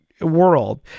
world